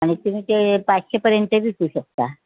आणि तुम्ही ते पाचशेपर्यंत विकू शकता